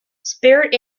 spirit